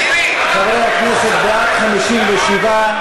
חברי הכנסת, בעד, 57,